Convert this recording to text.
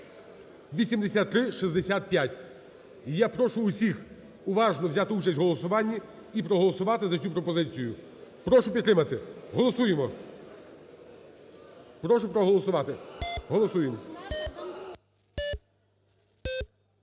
8365. І я прошу усіх уважно взяти участь в голосуванні і проголосувати за цю пропозицію. Прошу підтримати. Голосуємо. Прошу проголосувати. Голосуємо.